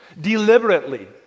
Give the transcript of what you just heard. deliberately